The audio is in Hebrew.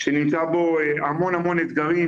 שנמצא בו המון אתגרים,